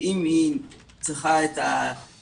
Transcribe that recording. ואם היא צריכה את הייעוץ